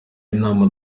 inama